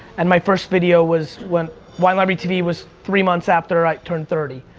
and my first video was when winelibrarytv was three months after i turned thirty.